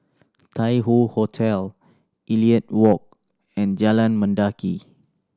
Tai Hoe Hotel Elliot Walk and Jalan Mendaki